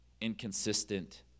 inconsistent